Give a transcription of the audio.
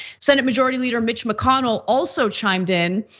senate majority leader mitch mcconnell also chimed in,